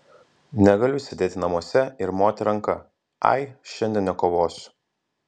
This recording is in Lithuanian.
negaliu sėdėti namuose ir moti ranka ai šiandien nekovosiu